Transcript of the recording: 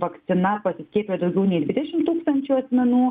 vakcina pasiskiepijo daugiau nei dvidešim tūkstančių asmenų